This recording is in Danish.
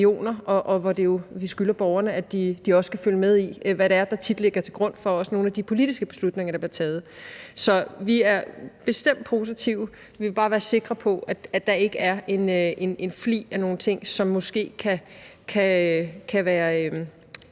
for vi skylder borgerne, at de også kan følge med i, hvad der tit ligger til grund for nogle af de politiske beslutninger, der bliver taget. Vi er bestemt positive. Vi vil bare være sikre på, at der ikke er en flig af nogle ting, hvor det ikke vil være